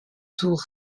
tour